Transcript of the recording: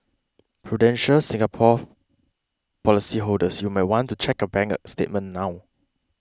prudential Singapore policyholders you might want to check your bank statement now